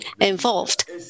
involved